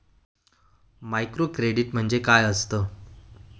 Microcredit म्हणजे काय असतं?